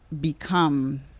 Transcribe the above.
Become